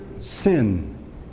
sin